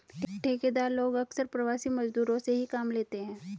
ठेकेदार लोग अक्सर प्रवासी मजदूरों से ही काम लेते हैं